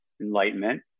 enlightenment